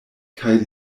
kaj